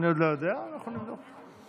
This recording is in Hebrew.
אנחנו עוברים לנושא